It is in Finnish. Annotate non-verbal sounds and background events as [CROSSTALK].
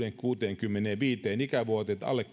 kuuteenkymmeneenviiteen ikävuoteen niin että alle [UNINTELLIGIBLE]